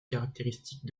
caractéristique